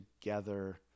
together